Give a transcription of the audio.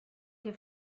que